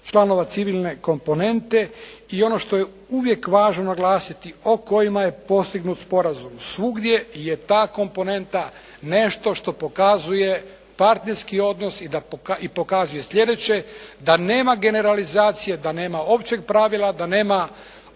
članova civilne komponente, i ono što je uvijek važno naglasiti o kojima je postignut sporazum. Svugdje je ta komponenta nešto što pokazuje partnerski odnos i pokazuje slijedeće da nema generalizacije, da nema općeg pravila, da nema